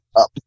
up